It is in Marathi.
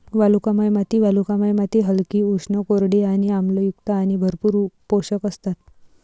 वालुकामय माती वालुकामय माती हलकी, उष्ण, कोरडी आणि आम्लयुक्त आणि भरपूर पोषक असतात